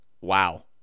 Wow